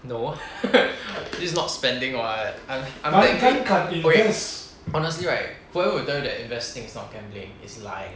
no this is not spending [what] I I mean I mean wait honestly right whoever who tell you that investing is not gambling is lying